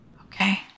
Okay